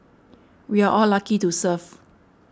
we're all lucky to serve